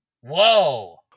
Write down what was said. whoa